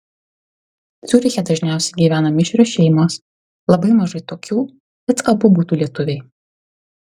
ciuriche dažniausiai gyvena mišrios šeimos labai mažai tokių kad abu būtų lietuviai